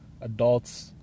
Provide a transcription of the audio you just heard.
adults